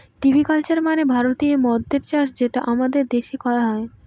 ভিটি culture মানে ভারতীয় মদ্যের চাষ যেটা আমাদের দেশে করা হয়